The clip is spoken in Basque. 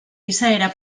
izaera